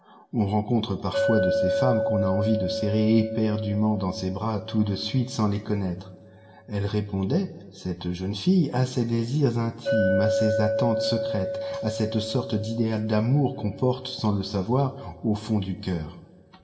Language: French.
on rencontre parfois de ces femmes qu'on a envie de serrer éperdument dans ses bras tout de suite sans les connaître elle répondait cette jeune fille à ses désirs intimes à ses attentes secrètes à cette sorte d'idéal d'amour qu'on porte sans le savoir au fond du cœur